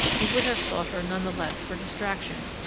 he would have sought her none the less for distraction,